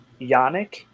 Yannick